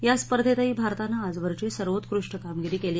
या स्पर्धेतही भारतानं आजवरची सर्वोत्कृष्ठ कामगिरी केली